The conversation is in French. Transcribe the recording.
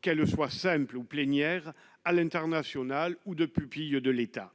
qu'elle soit simple ou plénière à l'international ou de pupilles de l'État.